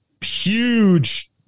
huge –